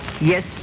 Yes